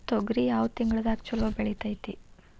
ತೊಗರಿ ಯಾವ ತಿಂಗಳದಾಗ ಛಲೋ ಬೆಳಿತೈತಿ?